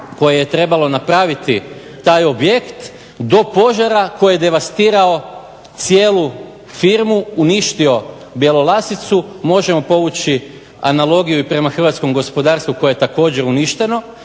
koje je trebalo napraviti taj objekt do požara koji je devastirao cijelu firmu, uništio Bjelolasicu, možemo povući analogiju i prema hrvatskom gospodarstvu koje je uništeno.